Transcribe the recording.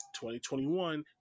2021